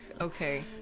Okay